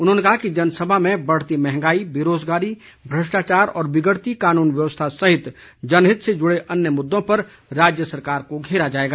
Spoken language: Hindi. उन्होंने कहा कि जनसभा में बढ़ती महंगाई बेरोज़गारी भ्रष्टाचार और बिगड़ती कानून व्यवस्था सहित जनहित से जुड़े अन्य मुद्दों पर राज्य सरकार को घेरा जाएगा